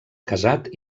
casat